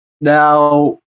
Now